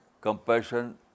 compassion